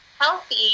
healthy